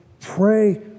pray